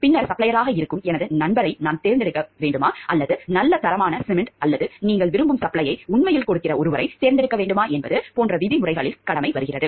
பின்னர் சப்ளையராக இருக்கும் எனது நண்பரை நான் தேர்ந்தெடுக்க வேண்டுமா அல்லது நல்ல தரமான சிமென்ட் அல்லது நீங்கள் விரும்பும் சப்ளையை உண்மையில் கொடுக்கிற ஒருவரைத் தேர்ந்தெடுக்க வேண்டுமா என்பது போன்ற விதிமுறைகளில் கடமை வருகிறது